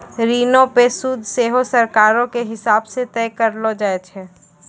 ऋणो पे सूद सेहो सरकारो के हिसाब से तय करलो जाय छै